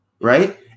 right